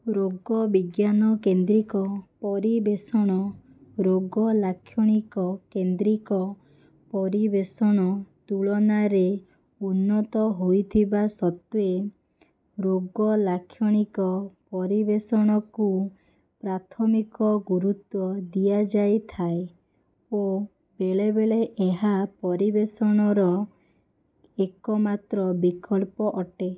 ରୋଗ ବିଜ୍ଞାନ କେନ୍ଦ୍ରିକ ପରିବେଷଣ ରୋଗ ଲାକ୍ଷଣିକ କେନ୍ଦ୍ରିକ ପରିବେଷଣ ତୁଳନାରେ ଉନ୍ନତ ହୋଇଥିବା ସତ୍ତ୍ୱେ ରୋଗ ଲାକ୍ଷଣିକ ପରିବେଷଣକୁ ପ୍ରାଥମିକ ଗୁରୁତ୍ୱ ଦିଆଯାଇଥାଏ ଓ ବେଳେ ବେଳେ ଏହା ପରିବେଷଣର ଏକ ମାତ୍ର ବିକଳ୍ପ ଅଟେ